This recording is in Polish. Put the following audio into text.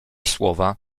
słowa